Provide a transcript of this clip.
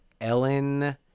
Ellen